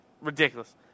ridiculous